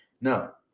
now